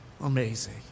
amazing